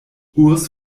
urs